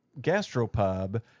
gastropub